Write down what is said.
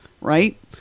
right